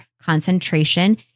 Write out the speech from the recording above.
concentration